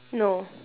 no